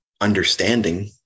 understanding